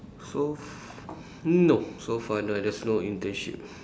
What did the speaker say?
so f~ no so far no there's no internship